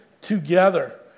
together